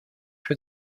für